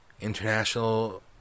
international